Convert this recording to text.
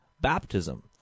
baptism